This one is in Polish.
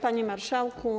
Panie Marszałku!